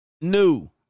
new